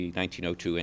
1902